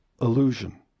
illusion